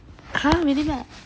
!huh! really meh